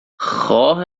خواه